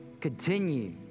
Continue